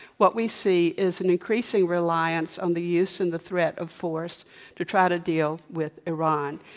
what we see is an increasing reliance on the use and the threat of force to try to deal with iran.